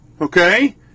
okay